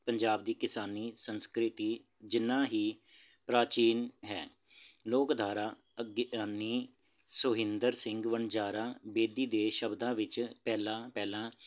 ਪੰਜਾਬ ਦੀ ਕਿਸਾਨੀ ਸੰਸਕ੍ਰਿਤੀ ਜਿੰਨਾ ਹੀ ਪ੍ਰਾਚੀਨ ਹੈ ਲੋਕਧਾਰਾ ਅ ਗਿਆਨੀ ਸੁਹਿੰਦਰ ਸਿੰਘ ਵਣਜਾਰਾ ਬੇਦੀ ਦੇ ਸ਼ਬਦਾਂ ਵਿੱਚ ਪਹਿਲਾਂ ਪਹਿਲਾਂ